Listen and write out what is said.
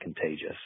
contagious